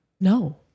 No